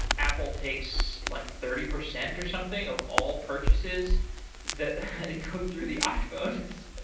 apple takes like thirty percent or something of all purchases that they go through the iphone. it's